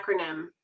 acronym